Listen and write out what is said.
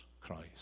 Christ